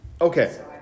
Okay